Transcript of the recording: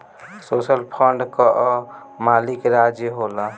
social fund कअ मालिक राज्य होला